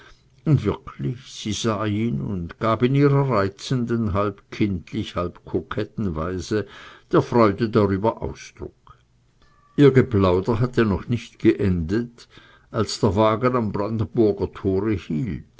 und wirklich sie sah ihn und gab in ihrer reizenden halb kindlich halb koketten weise der freude darüber ausdruck ihr geplauder hatte noch nicht geendet als der wagen am brandenburger tore